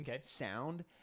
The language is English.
sound